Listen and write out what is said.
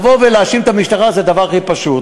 לבוא ולהאשים את המשטרה זה הדבר הכי פשוט.